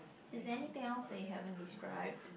is there anything else that we haven't described